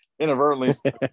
inadvertently